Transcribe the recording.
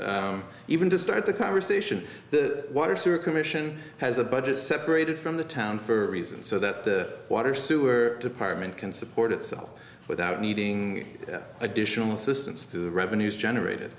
this even to start the conversation that water sewer commission has a budget separated from the town for a reason so that the water sewer department can support itself without needing additional assistance through revenues generated